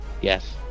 Yes